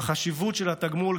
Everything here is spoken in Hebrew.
החשיבות של התגמול,